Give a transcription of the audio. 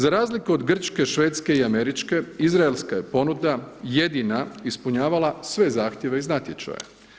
Za razliku od grčke, švedske i američke, izraelska je ponuda jedina ispunjavala sve zahtjeve iz natječaja.